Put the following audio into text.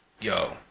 yo